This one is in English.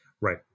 Right